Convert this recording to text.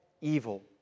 evil